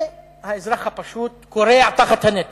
והאזרח הפשוט כורע תחת הנטל.